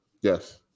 Yes